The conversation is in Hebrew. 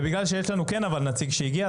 בגלל שיש נציג שהגיע,